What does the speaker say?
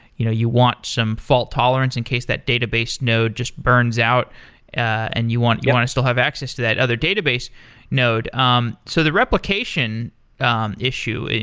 you know you want some fault tolerance incase that database node just burns out and you want you want to still have access to that other database node. um so the replication um issue,